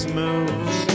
moves